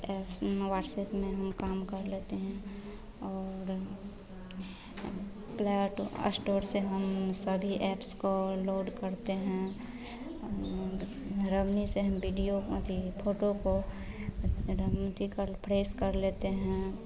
WhatsApp में हम काम कर लेते हैं और प्ले स्टोर से हम सभी एप्स को लोड करते हैं रवनि से हम वीडियो अथी फ़ोटो को फ़्रेश कर लेते हैं